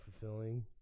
fulfilling